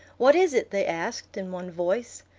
what is it? they asked, in one voice.